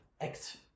act